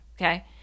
Okay